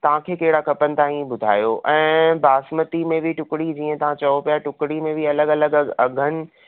तव्हांखे कहिड़ा खपनि तव्हां ई ॿुधायो ऐं बासमती में बि टुकिणी जीअं तव्हां चयो पिया टुकिणी में बि अलॻि अलॻि अघ आहिनि